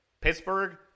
Pittsburgh